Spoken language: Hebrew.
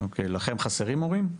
לכם חסרים מורים?